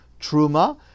truma